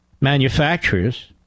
manufacturers